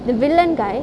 the villian guy